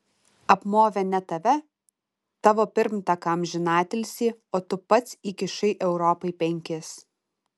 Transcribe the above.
apmovė ne tave tavo pirmtaką amžinatilsį o tu pats įkišai europai penkis